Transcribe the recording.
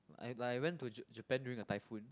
like I went to ja~ Japan during a typhoon